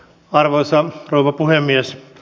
arvoisa rouva puhemies